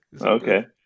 okay